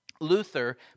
Luther